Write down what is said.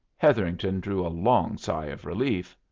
hetherington drew a long sigh of relief.